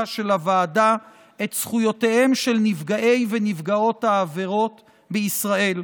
של הוועדה את זכויותיהם של נפגעי ונפגעות העבירות בישראל.